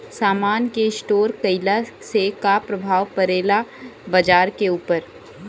समान के स्टोर काइला से का प्रभाव परे ला बाजार के ऊपर?